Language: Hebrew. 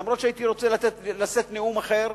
אף שהייתי רוצה לשאת נאום אחר,